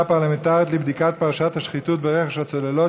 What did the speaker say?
פרלמנטרית לבדיקת פרשת השחיתות ברכש הצוללות,